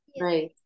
Right